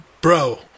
Bro